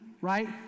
right